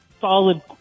solid